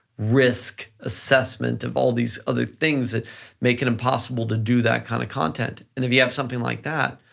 risk assessment of all these other things that make it impossible to do that kind of content, and if you have something like that,